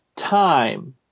time